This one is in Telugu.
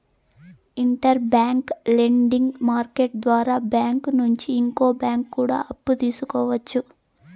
ఇంటర్ బ్యాంక్ లెండింగ్ మార్కెట్టు ద్వారా బ్యాంకు నుంచి ఇంకో బ్యాంకు కూడా అప్పు తీసుకోవచ్చు